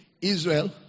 Israel